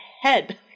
head